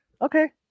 okay